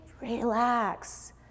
relax